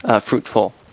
fruitful